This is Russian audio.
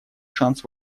шанс